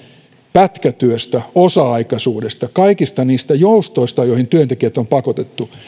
pätkätyöstä osa aikaisuudesta kaikista niistä joustoista joihin työntekijät on pakotettu ja